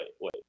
wait